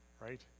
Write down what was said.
Right